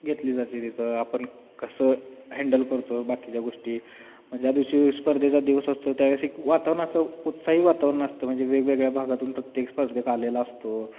घेतली जाते तिथं आपण कसं हॅन्डल करतो बाकीच्या गोष्टी म्हणजे ज्या दिवशी स्पर्धेचा दिवस असतो त्यावेळे एक वातावरण असं उत्साही वातावरण असतं म्हणजे वेगवेगळ्या भागातून प्रत्येक स्पर्धक हा आलेला असतो